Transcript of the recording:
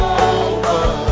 over